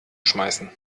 schmeißen